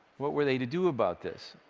what were they to do about this?